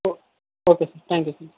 okay okay sir thank you sir